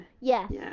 Yes